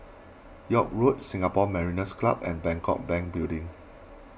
York Road Singapore Mariners' Club and Bangkok Bank Building